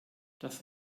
das